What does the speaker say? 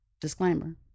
disclaimer